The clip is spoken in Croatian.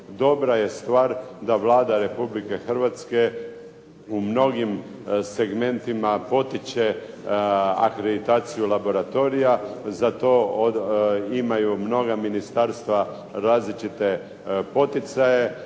Dobra je stvar da Vlada Republike Hrvatske u mnogim segmentima potiče akreditaciju laboratorija. Za to imaju mnoga ministarstva različite poticaje.